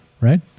Right